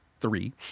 three